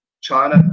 China